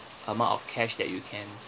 amount of cash that you can